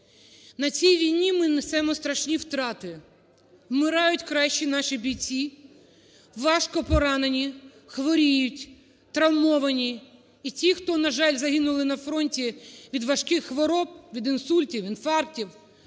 На цій війні ми несемо страшні втрати: вмирають кращі наші бійці, важко поранені хворіють, травмовані і ті, хто, на жаль, загинули на фронті від важких хвороб, від інсультів, інфарктів,